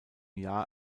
jahr